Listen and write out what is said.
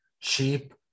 cheap